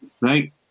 Right